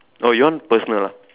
oh you want personal ah